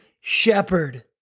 shepherd